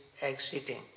exiting